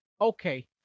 Okay